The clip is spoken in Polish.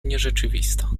nierzeczywista